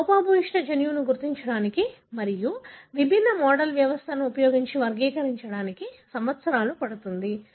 ఆ లోపభూయిష్ట జన్యువును గుర్తించడానికి మరియు విభిన్న మోడల్ వ్యవస్థలను ఉపయోగించి వర్గీకరించడానికి సంవత్సరాలు పడుతుంది